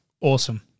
awesome